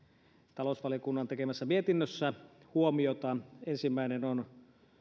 talousvaliokunnan tekemässä mietinnössä huomiota ensimmäinen on